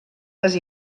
les